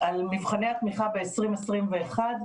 על מבחני התמיכה ב-2020 2021,